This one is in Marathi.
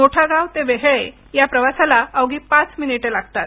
मोठागाव ते वेहेळे या प्रवासाला अवघी पाच मिनिटं लागतात